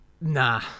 nah